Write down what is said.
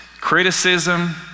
criticism